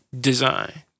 design